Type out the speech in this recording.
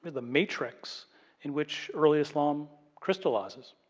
with a matrix in which early islam crystallizes.